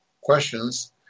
questions